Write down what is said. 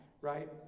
Right